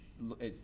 look